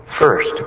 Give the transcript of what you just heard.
First